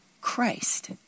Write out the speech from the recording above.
Christ